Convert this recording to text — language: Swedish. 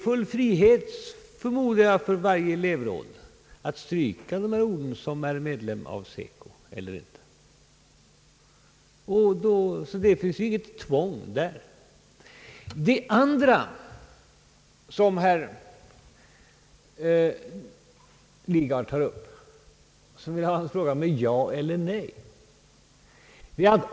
Jag förmodar att varje elevråd har full frihet att stryka orden »som är medlem av SECO» eller att inte stryka dem. Här föreligger alltså inget tvång. Sedan ställde herr Lidgard en fråga som han vill ha besvarad med ja eller nej.